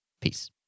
Peace